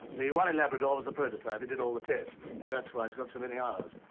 the one in labrador was the prototype. it did all the tests. that's why it's got so many hours.